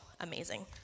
amazing